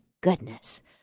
goodness